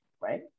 right